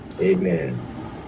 Amen